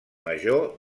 major